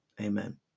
amen